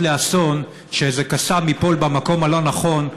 לאסון שאיזה קאסם ייפול במקום הלא-נכון,